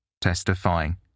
testifying